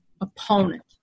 opponent